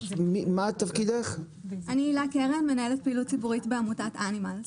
אני מנהלת פעילות ציבורית בעמותת אנימלס.